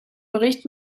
bericht